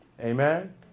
Amen